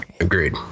Agreed